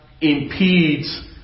impedes